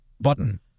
Button